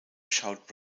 shout